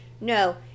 No